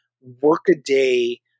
workaday